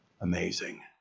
amazing